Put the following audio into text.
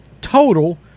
total